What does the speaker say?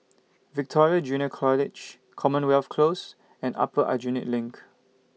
Victoria Junior College Commonwealth Close and Upper Aljunied LINK